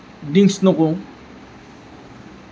drinks নকৰোঁ